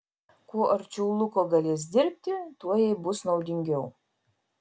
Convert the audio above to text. kuo arčiau luko galės dirbti tuo jai bus naudingiau